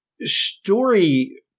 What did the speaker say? story